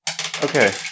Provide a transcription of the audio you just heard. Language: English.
Okay